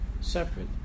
separate